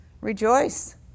Rejoice